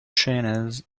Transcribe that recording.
trainers